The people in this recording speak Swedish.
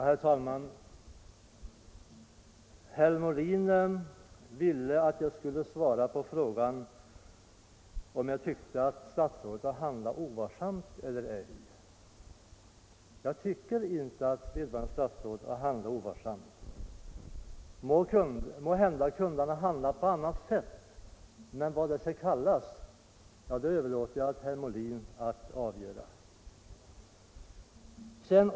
Herr talman! Herr Molin ville att jag skulle svara på frågan om jag tyckte att statsrådet Feldt hade handlat ovarsamt eller ej. Jag tycker inte att han har gjort det. Måhända kunde han ha handlat på ett annat sätt, men hur det skulle ha gått till överlåter jag åt herr Molin att avgöra.